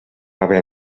haver